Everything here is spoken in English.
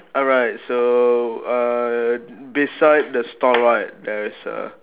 alright so uh beside the stall right there is a